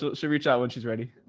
so she'll reach out when she's ready.